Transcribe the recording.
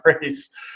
race